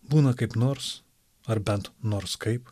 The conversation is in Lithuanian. būna kaip nors ar bent nors kaip